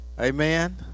Amen